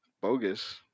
bogus